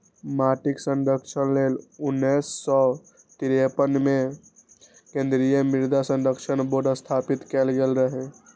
माटिक संरक्षण लेल उन्नैस सय तिरेपन मे केंद्रीय मृदा संरक्षण बोर्ड स्थापित कैल गेल रहै